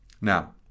Now